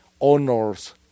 honors